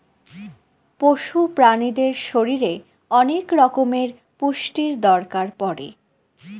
পশু প্রাণীদের শরীরে অনেক রকমের পুষ্টির দরকার পড়ে